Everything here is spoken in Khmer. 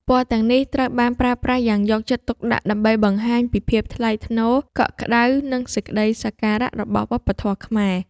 ពណ៌ទាំងនោះត្រូវបានប្រើប្រាស់យ៉ាងយកចិត្តទុកដាក់ ដើម្បីបង្ហាញពីភាពថ្លៃថ្នូរ កក់ក្តៅ និងសេចក្តីសក្ការៈរបស់វប្បធម៌ខ្មែរ។